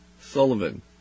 Sullivan